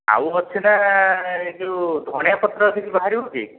ଆଉ ଅଛି ନା ଏଇ ଯେଉଁ ଧନିଆ ପତ୍ର କିଛି ବାହାରିବ କି